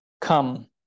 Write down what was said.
Come